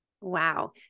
Wow